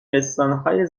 بستانهای